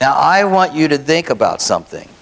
now i want you to think about something